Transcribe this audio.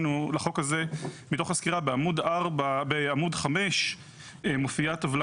הזה הוא העניין של מוכלל לסירוב כניסה שמופיע תחת